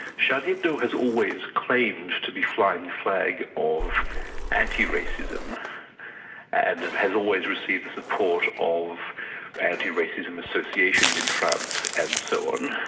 charlie hebdo has always claimed to be flying flag of anti-racism and has always received the support of anti-racism associations in france and so on,